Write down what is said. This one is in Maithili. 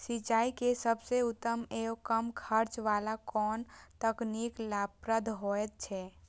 सिंचाई के सबसे उत्तम एवं कम खर्च वाला कोन तकनीक लाभप्रद होयत छै?